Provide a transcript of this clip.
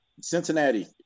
Cincinnati